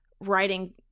writing